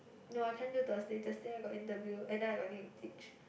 no I can't do Thursday Thursday I got interview and then I got need to teach